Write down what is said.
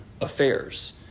affairs